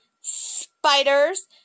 spiders